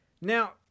now